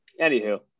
anywho